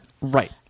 Right